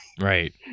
right